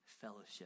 fellowship